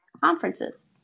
conferences